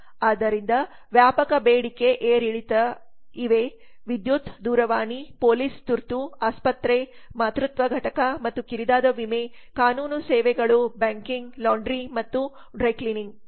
ಆದ್ದರಿಂದ ವ್ಯಾಪಕ ಬೇಡಿಕೆ ಏರಿಳಿತದಇವೆವಿದ್ಯುತ್ ದೂರವಾಣಿ ಪೊಲೀಸ್ ತುರ್ತು ಆಸ್ಪತ್ರೆ ಮಾತೃತ್ವ ಘಟಕ ಮತ್ತು ಕಿರಿದಾದ ವಿಮೆ ಕಾನೂನು ಸೇವೆಗಳು ಬ್ಯಾಂಕಿಂಗ್ ಲಾಂಡ್ರಿ ಮತ್ತು ಡ್ರೈ ಕ್ಲೀನಿಂಗ್